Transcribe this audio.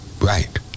Right